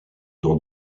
dans